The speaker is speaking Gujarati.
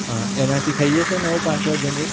હા એનાથી થઇ જશે નવો પાસવર્ડ જનરેટ